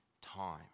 time